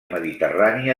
mediterrània